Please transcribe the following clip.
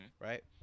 right